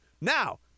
Now